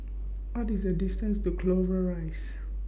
What IS The distance to Clover Rise